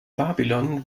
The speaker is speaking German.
babylon